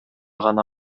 гана